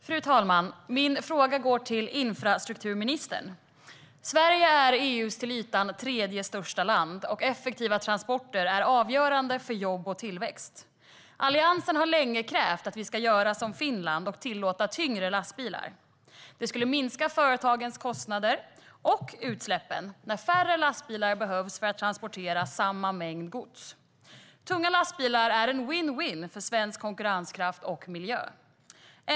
Fru talman! Min fråga går till infrastrukturministern. Sverige är EU:s till ytan tredje största land, och effektiva transporter är avgörande för jobb och tillväxt. Alliansen har länge krävt att vi ska göra som Finland och tillåta tyngre lastbilar. Det skulle minska företagens kostnader och utsläppen när färre lastbilar behövs för att transportera samma mängd gods. Tunga lastbilar är en vinn-vinn för svensk konkurrenskraft och miljö.